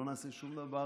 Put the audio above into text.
לא נעשה שום דבר